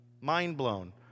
mind-blown